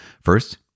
first